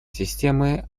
системы